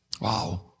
Wow